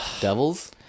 Devils